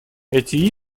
эти